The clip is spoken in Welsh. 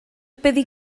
byddi